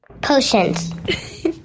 potions